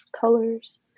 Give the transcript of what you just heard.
colors